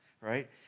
right